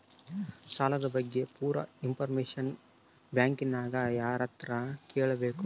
ಸಾಲದ ಬಗ್ಗೆ ಪೂರ ಇಂಫಾರ್ಮೇಷನ ಬ್ಯಾಂಕಿನ್ಯಾಗ ಯಾರತ್ರ ಕೇಳಬೇಕು?